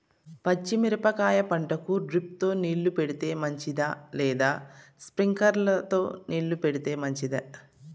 పచ్చి మిరపకాయ పంటకు డ్రిప్ తో నీళ్లు పెడితే మంచిదా లేదా స్ప్రింక్లర్లు తో నీళ్లు పెడితే మంచిదా?